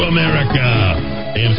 America